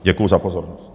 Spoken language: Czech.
Děkuji za pozornost.